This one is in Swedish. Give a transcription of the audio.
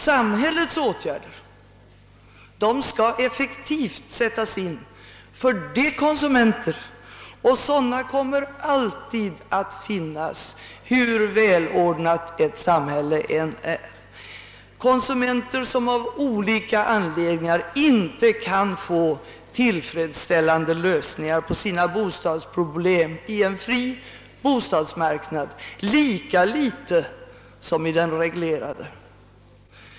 Samhällets åtgärder skall effektivt sättas in för de konsumenter — och sådana kommer det alltid att finnas, hur välordnat samhället än är som av olika anledningar inte kan få tillfreds ställande lösningar på sina bostadsproblem i en fri bostadsmarknad lika litet som i den reglerade.